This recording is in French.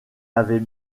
avait